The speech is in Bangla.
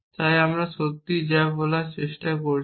তাই আমি সত্যিই যা করার চেষ্টা করছি